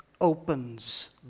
opens